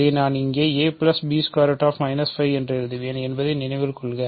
இதை நான் இங்கே என்று எழுதுவேன் என்பதை நினைவில் கொள்க